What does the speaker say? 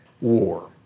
war